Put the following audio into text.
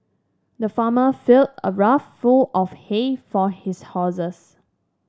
the farmer filled a rough full of hay for his horses